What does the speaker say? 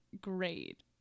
great